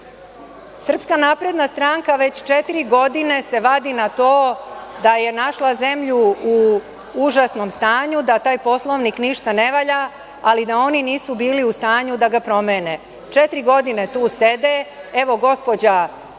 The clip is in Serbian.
Srpska napredna stranka već četiri godine se vadi na to da je našla zemlju u užasnom stanju, da taj Poslovnik ništa ne valja, ali da oni nisu bili u stanju da ga promene.(Veroljub Arsić, s mesta: